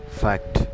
fact